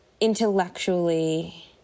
intellectually